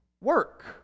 work